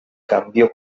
cambió